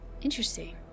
Interesting